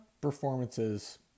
performances